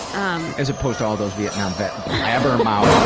um as opposed to all those vietnam vet blabbermouths